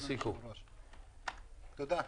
תודה.